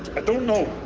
i don't know.